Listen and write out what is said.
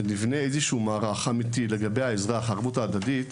נבנה איזה שהוא מערך אמיתי לגבי העזרה והערבות ההדדית,